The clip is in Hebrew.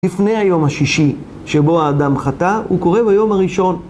לפני היום השישי שבו האדם חטא, הוא קורא ביום הראשון.